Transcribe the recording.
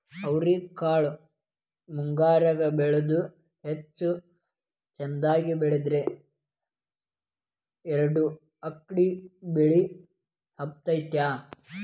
ಅವ್ರಿಕಾಳು ಮುಂಗಾರಿಗೆ ಬೆಳಿಯುವುದ ಹೆಚ್ಚು ಚಂದಗೆ ಬೆಳದ್ರ ಎರ್ಡ್ ಅಕ್ಡಿ ಬಳ್ಳಿ ಹಬ್ಬತೈತಿ